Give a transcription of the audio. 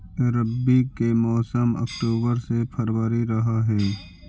रब्बी के मौसम अक्टूबर से फ़रवरी रह हे